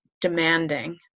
demanding